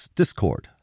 discord